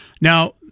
Now